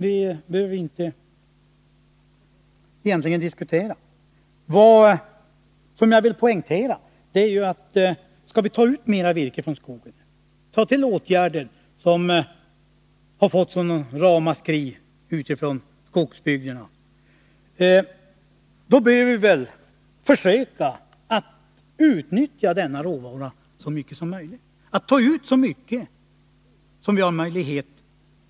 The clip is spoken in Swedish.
Det behöver vi egentligen inte diskutera. Vad jag vill poängtera är att om vi skall ta ut mera virke från skogen och ta till åtgärder som har gett sådana ramaskrin ute i skogsbygderna, bör vi väl försöka utnyttja denna råvara så mycket som möjligt och ta ut så mycket som vi har möjlighet